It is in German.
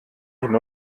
hin